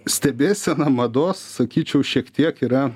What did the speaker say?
stebėsena mados sakyčiau šiek tiek yra